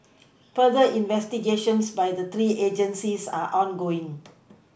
further investigations by the three agencies are ongoing